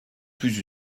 plus